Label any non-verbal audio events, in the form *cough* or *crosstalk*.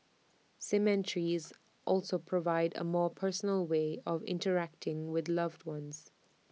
cemeteries *noise* also provide A more personal way of interacting with loved ones